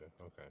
okay